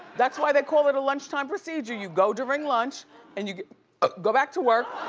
that's why they call it a lunchtime procedure. you go during lunch and you ah go back to work.